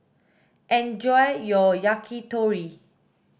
enjoy your Yakitori